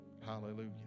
Hallelujah